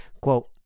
Quote